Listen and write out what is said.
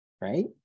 right